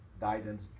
guidance